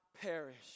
perish